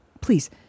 Please